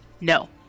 No